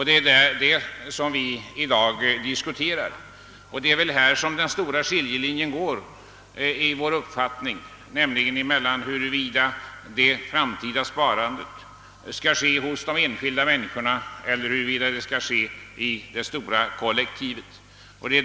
Det är denna fråga vi i dag diskuterar, och det är väl här som den stora skiljelinjen går i vår uppfattning. Skall det framtida sparandet ske hos de enskilda människorna eller skall det ske genom det stora kollektivet?